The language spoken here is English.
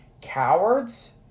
cowards